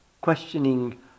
questioning